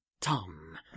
tom